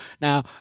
Now